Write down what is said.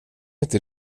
inte